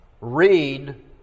Read